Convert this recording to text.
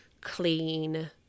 clean